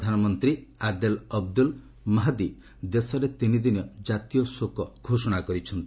ପ୍ରଧାନମନ୍ତ୍ରୀ Adel Abdel Mahdi ଦେଶରେ ତିନି ଦିନି କାତୀୟ ଶୋକ ଘୋଷଣା କରିଛନ୍ତି